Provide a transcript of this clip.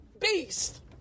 beast